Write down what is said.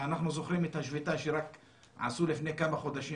אנחנו זוכרים את השביתה שרק עשו לפני כמה חודשים,